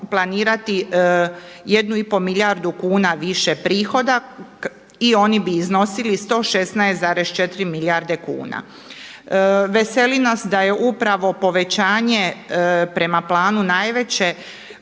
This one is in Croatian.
jednu i pol milijardu kuna više prihoda i oni bi iznosili 116,4 milijarde kuna. Veseli nas da je upravo povećanje prema planu najveće